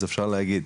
אז אפשר להגיד,